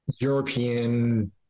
European